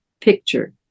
picture